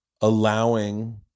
allowing